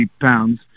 pounds